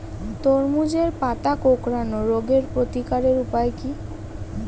তরমুজের পাতা কোঁকড়ানো রোগের প্রতিকারের উপায় কী?